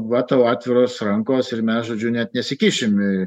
va tau atviros rankos ir mes žodžiu net nesikišim